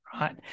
right